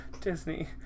Disney